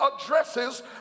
addresses